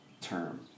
term